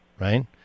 right